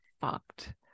fucked